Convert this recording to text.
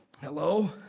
Hello